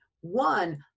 One